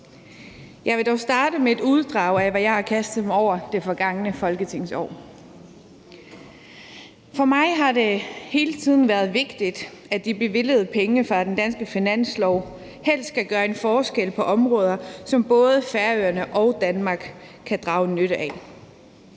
Jeg vil dog starte med et uddrag af, hvad jeg har kastet mig over det forgangne folketingsår. For mig har det hele tiden været vigtigt, at de bevilgede penge fra den danske finanslov helst skal gøre en forskel på områder, som både Færøerne og Danmark kan drage nytte af.